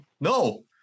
No